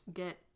get